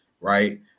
right